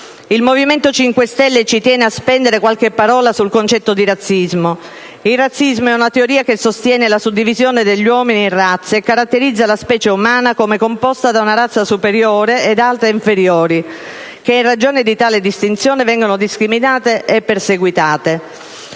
Il Movimento 5 Stelle ci tiene a spendere qualche parola sul concetto di razzismo. Il razzismo è una teoria che sostiene la suddivisione degli uomini in razze e caratterizza la specie umana come composta da una razza superiore ed altre inferiori che, in ragione di tale distinzione, vengono discriminate e perseguitate.